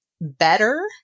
better